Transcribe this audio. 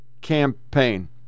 campaign